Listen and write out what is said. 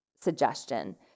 suggestion